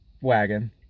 wagon